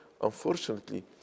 unfortunately